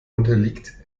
unterliegt